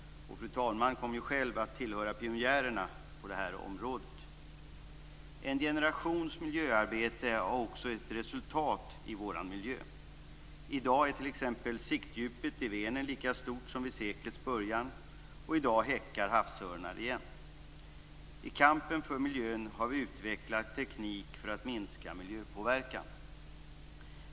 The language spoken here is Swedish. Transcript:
Fru talmannen kom själv att tillhöra pionjärerna på det här området. En generations miljöarbete gav också ett resultat i vår miljö. I dag är t.ex. siktdjupet i Vänern lika stort som i seklets början, och i dag häckar havsörnar igen. I kampen för miljön har vi utvecklat teknik för att minska miljöpåverkan.